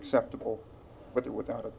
cceptable but without